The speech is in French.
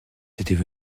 étaient